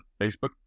Facebook